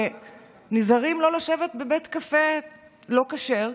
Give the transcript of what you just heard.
שנזהרים לא לשבת בבית קפה לא כשר,